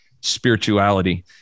spirituality